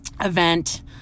event